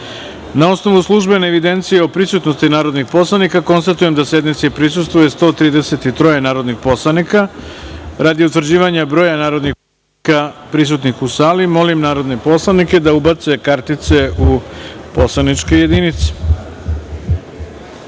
osnovu službene evidencije o prisutnosti narodnih poslanika, konstatujem da sednici prisustvuje 133 narodnih poslanika. Radi utvrđivanja broja narodnih poslanika prisutnih u sali, molim narodne poslanike da ubace kartice u poslaničke